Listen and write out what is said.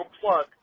plug